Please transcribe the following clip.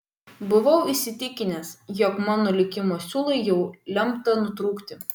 buvau įsitikinęs jog mano likimo siūlui jau lemta nutrūkti